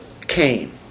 came